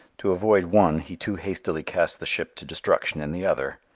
to avoid one he too hastily cast the ship to destruction in the other.